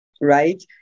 right